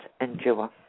endure